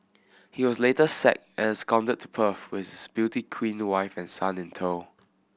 he was later sacked and absconded to Perth with his beauty queen wife and son in tow